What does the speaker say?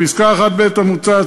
לפסקה (1)(ב) המוצעת,